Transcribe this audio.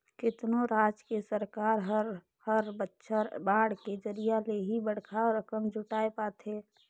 केतनो राज के सरकार हर हर बछर बांड के जरिया ले ही बड़खा रकम जुटाय पाथे